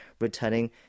returning